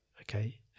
okay